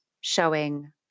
showing